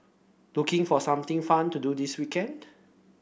looking for something fun to do this weekend